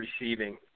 receiving